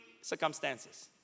circumstances